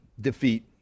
defeat